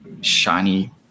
shiny